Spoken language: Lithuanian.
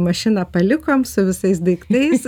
mašiną palikom su visais daiktais